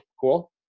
Cool